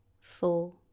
four